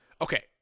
Okay